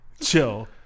Chill